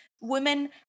Women